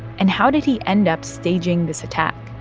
and how did he end up staging this attack?